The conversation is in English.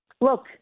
look